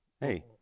Hey